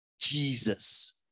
Jesus